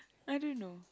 I don't know